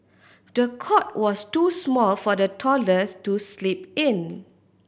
the cot was too small for the toddlers to sleep in